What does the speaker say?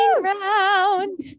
round